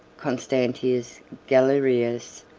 constantius, galerius,